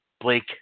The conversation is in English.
Blake